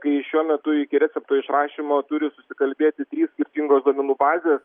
kai šiuo metu iki recepto išrašymo turi susikalbėti trys skirtingos duomenų bazės